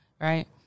right